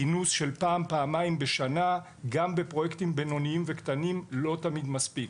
כינוס של פעם-פעמיים בשנה גם בפרויקטים בינוניים וקטנים לא תמיד מספיק,